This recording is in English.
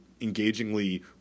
engagingly